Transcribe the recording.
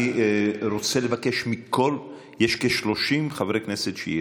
אני רוצה לבקש: יש כ-30 חברי כנסת שידברו.